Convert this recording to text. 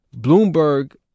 Bloomberg